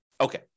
Okay